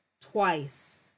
twice